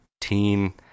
teen